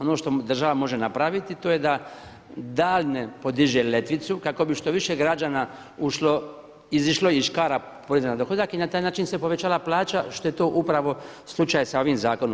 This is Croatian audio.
Ono što država može napraviti to je da … podiže letvicu kako bi što više građana izišlo iz škara poreza na dohodak i na taj način se povećala plaća, što je to upravo slučaj sa ovim zakonom.